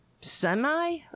semi